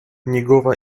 njegova